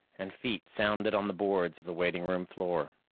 and feet sounded on the boards of the waiting-room floor,